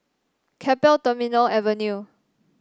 Keppel Terminal Avenue